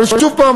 אבל שוב פעם,